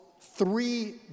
three